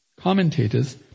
commentators